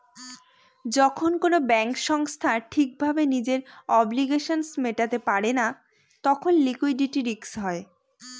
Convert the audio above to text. যখন কোনো ব্যাঙ্ক সংস্থা ঠিক ভাবে নিজের অব্লিগেশনস মেটাতে পারে না তখন লিকুইডিটি রিস্ক হয়